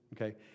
Okay